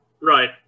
Right